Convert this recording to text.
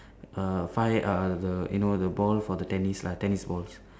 err five err the you know the ball for the tennis lah tennis balls